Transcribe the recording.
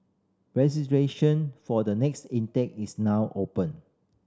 registration for the next intake is now open